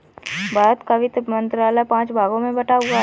भारत का वित्त मंत्रालय पांच भागों में बटा हुआ है